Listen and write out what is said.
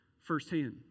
firsthand